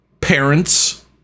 parents